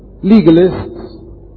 legalists